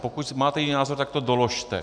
Pokud máte jiný názor, tak to doložte.